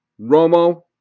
Romo